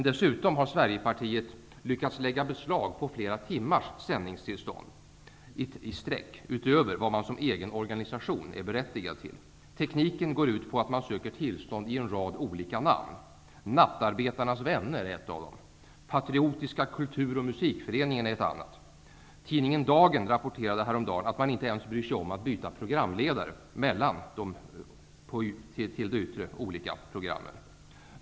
Dessutom har Sverigepartiet lyckats lägga beslag på flera timmars sändningstid i sträck, utöver vad man som egen organisation är berättigad till. Tekniken innebär att man söker tillstånd i en rad olika namn: Nattarbetarnas vänner är ett, Patriotiska kulturoch musikföreningen ett annat. Tidningen Dagen rapporterade häromdagen att man inte ens bryr sig om att byta programledare mellan de, till det yttre, olika programmen.